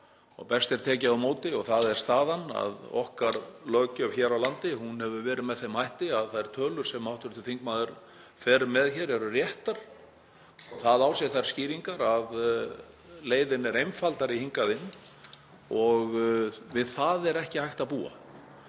og best er tekið á móti. Staðan er sú að löggjöf okkar hér á landi hefur verið með þeim hætti að þær tölur sem hv. þingmaður fer með eru réttar. Það á sér þær skýringar að leiðin er einfaldari hingað inn og við það er ekki hægt að búa.